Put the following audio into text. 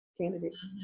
candidates